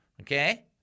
okay